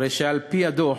הרי שעל-פי הדוח,